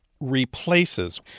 Replaces